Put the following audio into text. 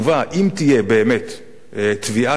אם תהיה באמת תביעה כזאת,